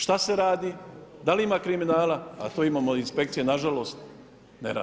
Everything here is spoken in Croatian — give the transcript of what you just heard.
Šta se radi, da li ima kriminala, a to imamo inspekcije, nažalost ne rade.